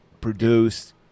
produced